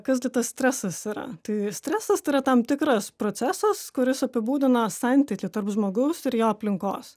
kas gi tas stresas yra tai stresas tai yra tam tikras procesas kuris apibūdina santykį tarp žmogaus ir jo aplinkos